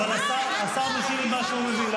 אבל השר משיב ממה שהוא מבין,